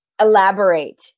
elaborate